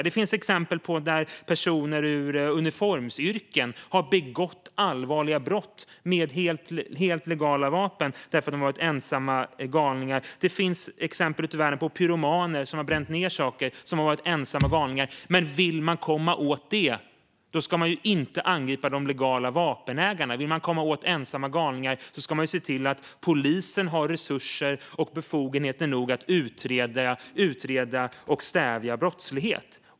Det finns exempel på personer i uniformsyrken som har begått allvarliga brott med helt legala vapen, eftersom de har varit ensamma galningar. Det finns exempel ute i världen på pyromaner, ensamma galningar, som har bränt ned saker. Men om man vill komma åt det ska man inte angripa de legala vapenägarna. Om man vill komma åt ensamma galningar ska man se till att polisen har resurser och befogenheter nog för att utreda och stävja brottslighet.